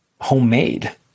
homemade